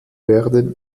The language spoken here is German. werden